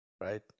Right